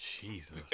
Jesus